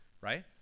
Right